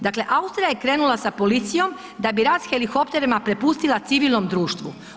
Dakle Austrija je krenula sa policijom da bi rad s helikopterima prepustila civilnom društvu.